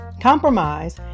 compromise